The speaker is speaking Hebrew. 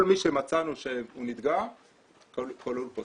כל מי שמצאנו שהוא נדגם כלול פה,